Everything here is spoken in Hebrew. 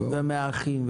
מהאחים,